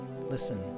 Listen